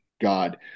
God